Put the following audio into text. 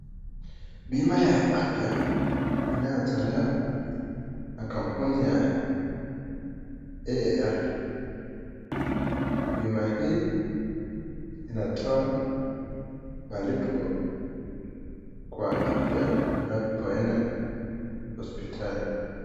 Bima ya afya inayotolewa na kampuni ya AAR . Bima hii inatoa malipo kwa afya unapoenda hospitali.